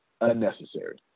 Unnecessary